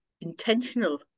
intentional